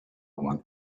one